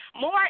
more